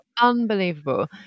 unbelievable